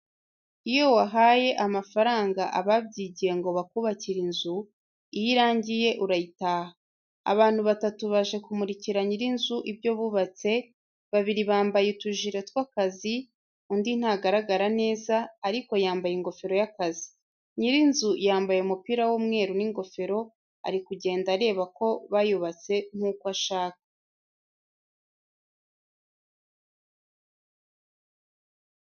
Iyo wahaye amafaranga ababyigiye ngo bakubakire inzu, iyo irangiye urayitaha. Abantu batatu baje kumurikira nyir'inzu ibyo bubatse, babiri bambaye utujire tw'akazi, undi ntagaragara neza ariko yambaye ingofero y'akazi, nyir'inzu yambaye umupira w'umweru n'ingofero, ari kugenda areba ko bayubatse nk'uko ashaka.